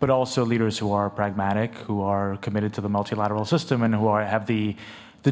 but also leaders who are pragmatic who are committed to the multilateral system and who are i have the the